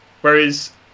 Whereas